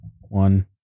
one